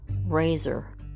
razor